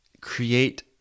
create